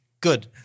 good